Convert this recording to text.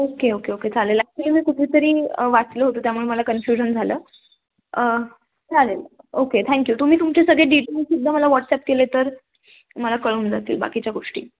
okay okay okay चालेल actually मी कुठेतरी वाचलो होतो त्यामुळे मला कन्फ्युजन झालं चालेल ओके थँक्यू तुम्ही तुमचे सगळे डिटेल्ससुद्धा मला व्हॉट्सअप केले तर मला कळून जातील बाकीच्या गोष्टी